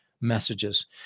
messages